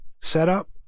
setup